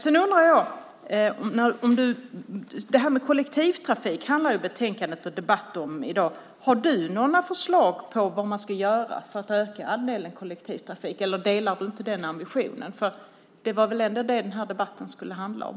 Betänkandet och debatten i dag handlar ju om det här med kollektivtrafik. Har du några förslag på vad man ska göra för att öka andelen kollektivtrafik? Eller delar du inte den ambitionen? Det var väl ändå det som den här debatten skulle handla om.